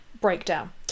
breakdown